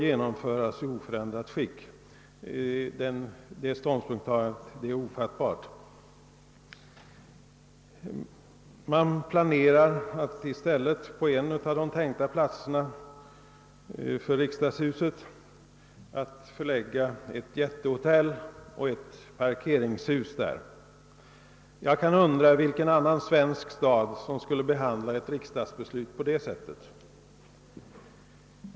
Detta ståndpunktstagande är ofattbart. Man planerar att på en av de tänkta platserna för riksdagshuset förlägga ett jättehotell och ett parkeringshus. Jag undrar vilken annan svensk stad som skulle be handla ett riksdagsbeslut på detta sätt.